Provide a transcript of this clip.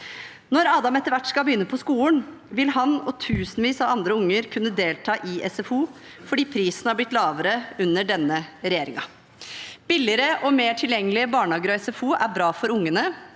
Når Adam etter hvert skal begynne på skolen, vil han og tusenvis av andre unger kunne delta i SFO fordi prisen har blitt lavere under denne regjeringen. Billigere og mer tilgjengelige barnehager og SFO er bra for ungene,